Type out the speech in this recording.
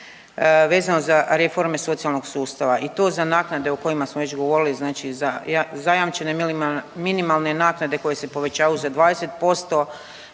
vezano za reforme socijalnog sustava i to za naknade o kojima smo već govorili, znači za zajamčene minimalne naknade koje se povećavaju za 20%,